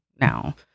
now